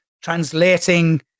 translating